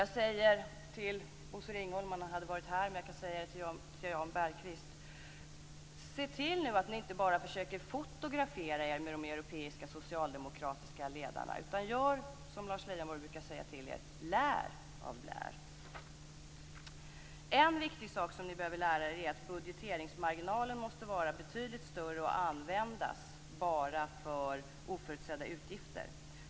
Jag skulle ha sagt det till Bosse Ringholm om han hade varit här, men jag kan säga det till Jan Bergqvist: Se nu till att ni inte bara försöker att fotografera er tillsammans med de europeiska socialdemokraterna, utan gör som Lars Leijonborg brukar säga till er: Lär av Blair! En viktig sak som ni behöver lära er är att budgeteringsmarginalen måste vara betydligt större och användas bara för oförutsedda utgifter.